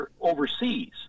overseas